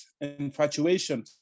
infatuation